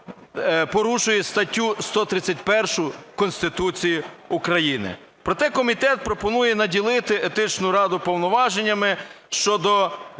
порушує статтю 131 Конституції України. Проте комітет пропонує наділити Етичну раду повноваженнями щодо